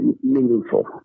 meaningful